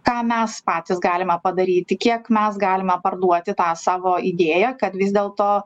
ką mes patys galime padaryti kiek mes galime parduoti tą savo idėją kad vis dėlto